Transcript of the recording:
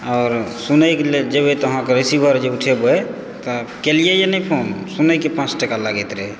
आओर सुनै लेल जेबै तऽ अहाँके रिसीवर जे उठेबै तऽ कयलियै यऽ नहि फोन सुनैके पाञ्च टाका लागैत रहै